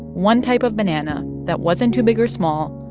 one type of banana that wasn't too big or small,